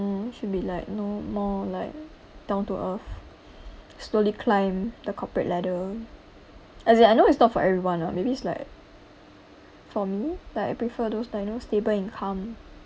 we should be like you know more like down to earth slowly climb the corporate ladder as in I know it's not for everyone ah maybe it's like for me like I prefer those like you know stable income